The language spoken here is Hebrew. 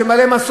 שהם בעלי מסורת,